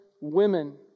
women